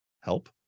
help